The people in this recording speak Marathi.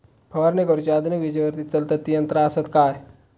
फवारणी करुची आधुनिक विजेवरती चलतत ती यंत्रा आसत काय?